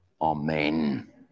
amen